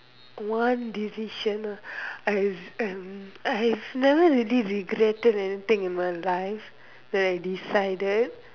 one decision ah I've I'm I've never really regretted anything in my life that I decided